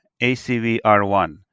ACVR1